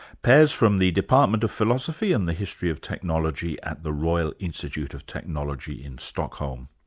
per's from the department of philosophy and the history of technology at the royal institute of technology in stockholm.